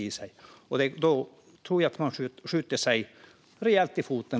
Det tror jag innebär att man skjuter sig själv rejält i foten.